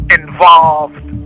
involved